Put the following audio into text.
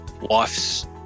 wife's